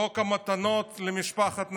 חוק המתנות למשפחת נתניהו,